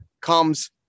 comes